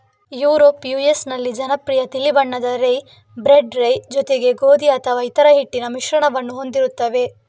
Europe US ನಲ್ಲಿ ಜನಪ್ರಿಯ ತಿಳಿ ಬಣ್ಣದ ರೈ, ಬ್ರೆಡ್ ರೈ ಜೊತೆಗೆ ಗೋಧಿ ಅಥವಾ ಇತರ ಹಿಟ್ಟಿನ ಮಿಶ್ರಣವನ್ನು ಹೊಂದಿರುತ್ತವೆ